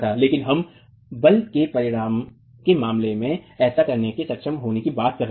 लेकिन हम बल के परिणाम के मामले में ऐसा करने में सक्षम होने की बात कर रहे हैं